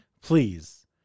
please